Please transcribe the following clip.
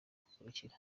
kugarukira